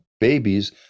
babies